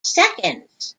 seconds